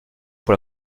pour